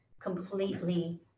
completely